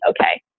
okay